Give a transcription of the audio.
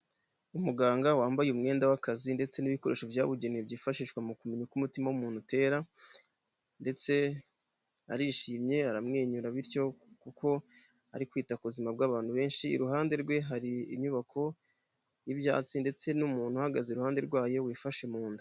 Umuganga wambaye umwenda w'akazi ndetse n'ibikoresho byabugenewe byifashishwa mu kumenya uko umutima w'umuntu utera ndetse arishimye aramwenyura bityo kuko ari kwita ku buzima bw'abantu benshi, iruhande rwe hari inyubako y'ibyatsi ndetse n'umuntu uhagaze iruhande rwayo wifashe mu nda.